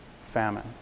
famine